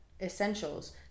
essentials